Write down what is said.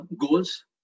goals